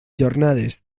jornades